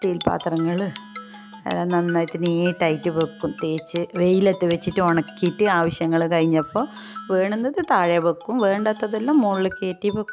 steel പാത്രങ്ങൾ എല്ലാം നന്നായിട്ട് നീറ്റായിട്ട് വെക്കും തേച്ച് വെയിലത്ത് വെച്ചിട്ട് ഉണക്കിയിട്ട് ആവിശ്യങ്ങൾ കഴിഞ്ഞപ്പോൾ വേണുന്നത് താഴെ വെക്കും വേണ്ടാത്തതെല്ലാം മുകളിൽ കയറ്റിവെക്കും